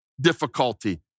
difficulty